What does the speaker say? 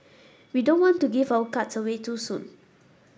we don't want to give our cards away too soon